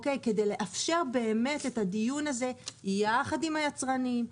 כדי לאפשר באמת את הדיון הזה יחד עם היצרנים,